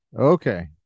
okay